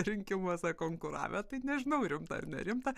rinkimuose konkuravę tai nežinau rimta ar nerimta